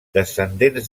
descendent